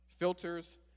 Filters